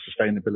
sustainability